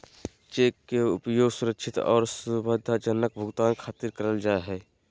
cheque के उपयोग सुरक्षित आर सुविधाजनक भुगतान खातिर करल जा हय